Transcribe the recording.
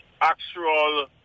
actual